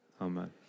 Amen